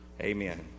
Amen